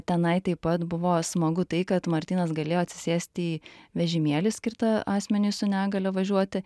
tenai taip pat buvo smagu tai kad martynas galėjo atsisėst į vežimėlį skirtą asmeniui su negalia važiuoti